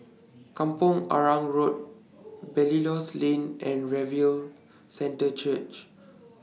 Kampong Arang Road Belilios Lane and Revival Centre Church